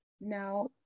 Now